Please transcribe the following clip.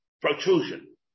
protrusion